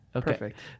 Perfect